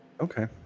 Okay